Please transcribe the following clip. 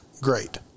great